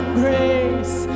grace